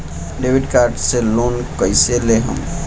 Debit card से loan कईसे लेहम?